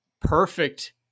perfect